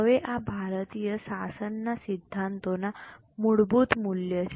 હવે આ ભારતીય શાસનના સિદ્ધાંતોના મૂળભૂત મૂલ્યો છે